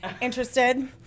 interested